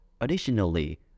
Additionally